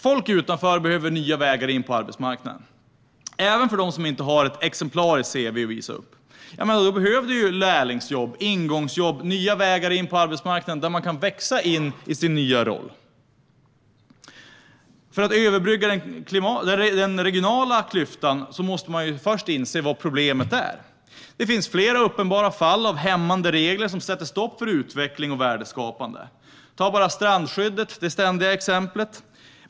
Folk utanför behöver nya vägar in på arbetsmarknaden, även de som inte har ett exemplariskt cv att visa upp. Ja, då behöver vi ju lärlingsjobb, ingångsjobb och nya vägar in på arbetsmarknaden där man kan växa in i sin nya roll. För att överbrygga den regionala klyftan måste vi först inse vad problemet är. Det finns flera uppenbara fall av hämmande regler som sätter stopp för utveckling och värdeskapande. Ta bara det ständiga exemplet strandskyddet!